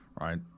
right